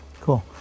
Cool